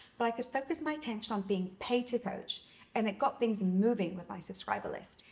but i could focus my attention on being paid to coach and it got things moving with my subscriber list.